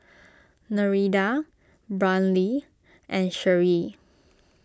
Nereida Brynlee and Sherree